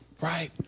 right